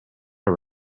are